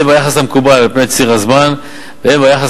הן ביחס למקובל על פני ציר הזמן והן ביחס